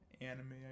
anime